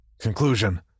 Conclusion